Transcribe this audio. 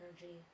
energy